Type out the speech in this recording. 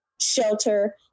shelter